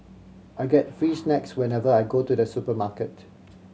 I get free snacks whenever I go to the supermarket